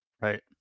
Right